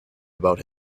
about